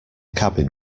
cabin